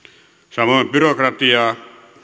samoin byrokratiaa